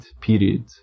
period